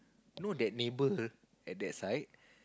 know hat neighbour at that side